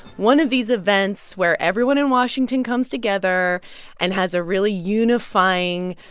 one of these events where everyone in washington comes together and has a really unifying,